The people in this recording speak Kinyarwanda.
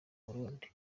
burundi